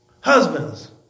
Husbands